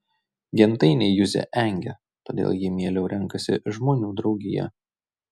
gentainiai juzę engia todėl ji mieliau renkasi žmonių draugiją